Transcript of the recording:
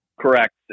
Correct